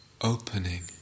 Opening